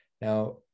Now